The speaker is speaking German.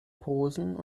posen